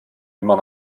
immer